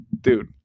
dude